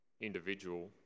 individual